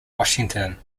washington